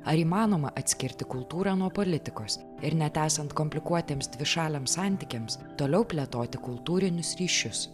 ar įmanoma atskirti kultūrą nuo politikos ir net esant komplikuotiems dvišaliams santykiams toliau plėtoti kultūrinius ryšius